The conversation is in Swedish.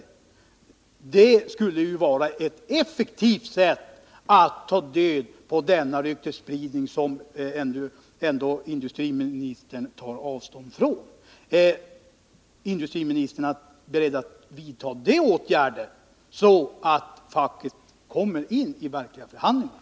Det skulle ju vara ett effektivt sätt att ta död på denna ryktesspridning, som industriministern ändå tar avstånd från. Är industriministern alltså beredd att vidta sådana åtgärder att facket kommer in i verkliga förhandingar?